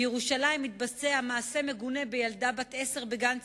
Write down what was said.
בירושלים התבצע מעשה מגונה בילדה בת עשר בגן ציבורי,